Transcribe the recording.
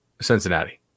Cincinnati